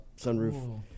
sunroof